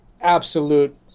absolute